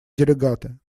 делегаты